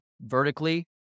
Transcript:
vertically